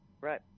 Right